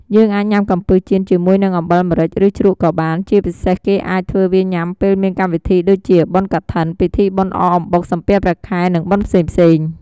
យើងអាចញុាំកំពឹសចៀនជាមួយនឹងអំបិលម្រេច ឬជ្រក់ក៏បាន ជាពិសេសគេអាចធ្វើវាញុាំពេលមានកម្មវិធីដូចជា បុណ្យកឋិន ពិធីបុណ្យអកអំបុកសំពះព្រះខែ និងបុណ្យផ្សេងៗ។